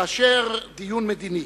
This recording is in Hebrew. כאשר דיון מדיני